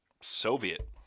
soviet